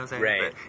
right